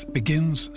begins